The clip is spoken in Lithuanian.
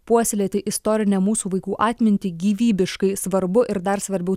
puoselėti istorinę mūsų vaikų atmintį gyvybiškai svarbu ir dar svarbiau